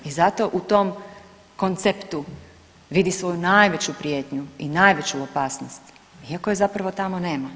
I zato u tom konceptu vidi svoju najveću prijetnju i najveću opasnost iako je zapravo tamo nema.